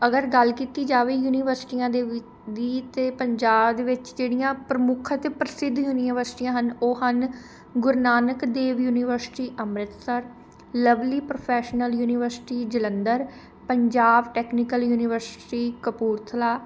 ਅਗਰ ਗੱਲ ਕੀਤੀ ਜਾਵੇ ਯੂਨੀਵਰਸ਼ਿਟੀਆ ਦੇ ਵਿੱ ਦੀ ਤਾਂ ਪੰਜਾਬ ਦੇ ਵਿੱਚ ਜਿਹੜੀਆਂ ਪ੍ਰਮੁੱਖ ਅਤੇ ਪ੍ਰਸਿੱਧ ਯੂਨੀਵਰਸ਼ਿਟੀਆਂ ਹਨ ਉਹ ਹਨ Guru Nanak Dev University Amritsar Lovely Professional University Jalandhar Punjab Technical University Kapurthala